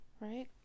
right